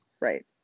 Right